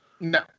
No